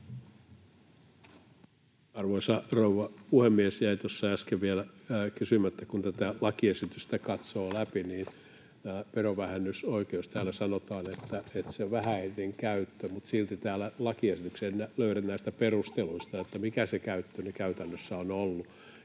Arvoisa rouva puhemies! Jäi tuossa äsken vielä kysymättä, että kun tätä lakiesitystä katsoo läpi, niin verovähennysoikeudesta täällä sanotaan, että sen käyttö on vähäistä, mutta silti en löydä täältä näistä lakiesityksen perusteluista, mikä se käyttö käytännössä on ollut,